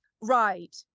right